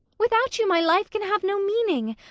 without you my life can have no meaning,